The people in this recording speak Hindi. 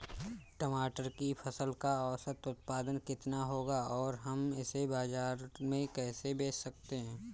टमाटर की फसल का औसत उत्पादन कितना होगा और हम इसे बाजार में कैसे बेच सकते हैं?